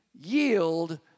yield